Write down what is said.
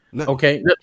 Okay